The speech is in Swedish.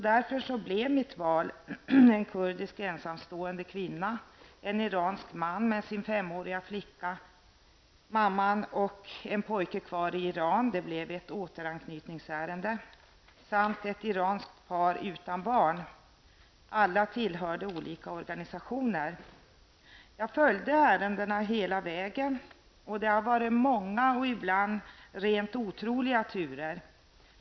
Därför blev mitt val en kurdisk ensamstående kvinna, en iransk man med sin femåriga flicka -- mamman och en pojke var kvar i Iran; det blev ett återanknytningsärende -- samt ett iranskt par utan barn. Alla tillhörde olika organisationer. Jag följde ärendena hela vägen. Det har varit många och ibland rent otroliga turer.